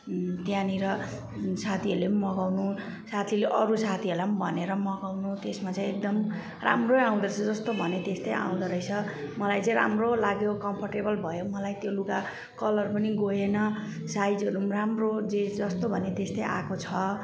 त्यहाँनिर साथीहरूले पनि मगाउनु साथीले अरू साथीहरूलाई पनि भनेर मगाउनु त्यसमा चाहिँ एकदम राम्रै आउँदोरहेछ जस्तो भनेको त्यस्तै आउँदोरहेछ मलाई चाहिँ राम्रो लाग्यो कम्फोर्टेबल भयो मलाई त्यो लुगा कलर पनि गएन साइजहरू पनि राम्रो जे जस्तो भन्यो त्यस्तै आएको छ